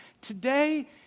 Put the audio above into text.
Today